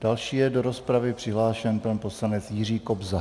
Další je do rozpravy přihlášen pan poslanec Jiří Kobza.